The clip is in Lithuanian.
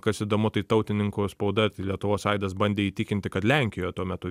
kas įdomu tai tautininkų spauda lietuvos aidas bandė įtikinti kad lenkijoje tuo metu